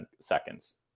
seconds